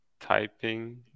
typing